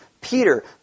Peter